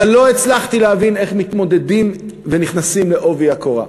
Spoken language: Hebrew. אבל לא הצלחתי להבין איך מתמודדים ונכנסים בעובי הקורה.